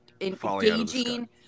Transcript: engaging